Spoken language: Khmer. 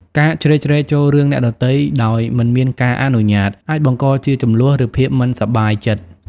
ការជ្រៀតជ្រែកចូលរឿងអ្នកដទៃដោយមិនមានការអនុញ្ញាត អាចបង្កជាជម្លោះ ឬភាពមិនសប្បាយចិត្ត។